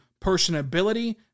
personability